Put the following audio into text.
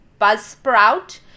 Buzzsprout